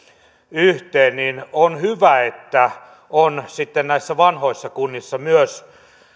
yhteen on hyvä että on sitten näissä vanhoissa kunnissa myös